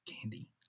candy